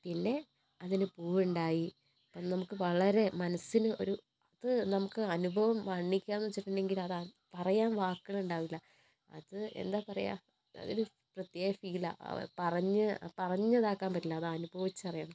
പിന്നെ അതിന് പൂവുണ്ടായി അപ്പം നമുക്ക് വളരെ മനസ്സിന് ഒരു അതു നമുക്ക് അനുഭവം വർണ്ണിക്കാമെന്നു വച്ചിട്ടുണ്ടെങ്കിൽ അതാണ് പറയാൻ വാക്കുകൾ ഉണ്ടാവില്ല അത് എന്താ പറയുക അതൊരു പ്രത്യേക ഫീലാണ് പറഞ്ഞു പറഞ്ഞിതാക്കാൻ പറ്റില്ല അത് അനുഭവിച്ചറിയണം